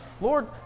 Lord